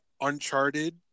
Uncharted